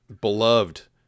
beloved